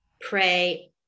pray